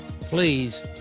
Please